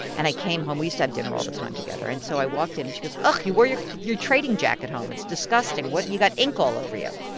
and i came home we used to have dinner all the time together. and so i walked in. and she goes, ugh, you wear your your trading jacket home. it's disgusting. what you got ink all over you.